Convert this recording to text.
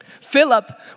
Philip